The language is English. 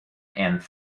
and